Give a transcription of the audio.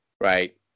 right